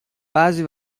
بعضی